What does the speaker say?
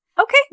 Okay